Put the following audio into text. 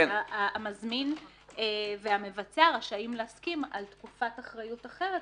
המזמין והמבצע רשאים להסכים על תקופת אחריות אחרת,